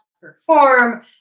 perform